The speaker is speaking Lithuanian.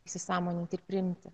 įsisąmoninti ir priimti